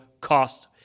cost